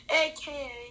AKA